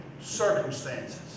circumstances